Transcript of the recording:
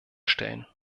stellen